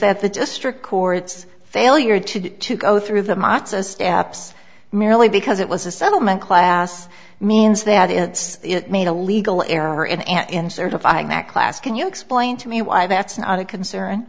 that the district courts failure to get to go through the matzah steps merely because it was a settlement class means that it's made a legal error in and certifying that class can you explain to me why that's not a concern